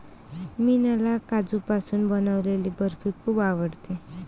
मीनाला काजूपासून बनवलेली बर्फी खूप आवडते